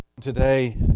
today